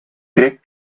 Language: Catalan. crec